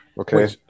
okay